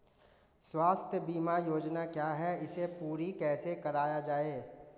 स्वास्थ्य बीमा योजना क्या है इसे पूरी कैसे कराया जाए?